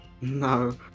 No